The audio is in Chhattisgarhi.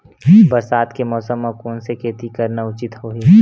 बरसात के मौसम म कोन से खेती करना उचित होही?